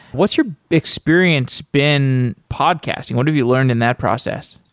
what's your experience been podcasting? what have you learned in that process?